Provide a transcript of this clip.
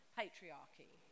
patriarchy